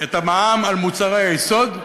את המע"מ על מוצרי היסוד לאפס.